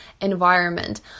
Environment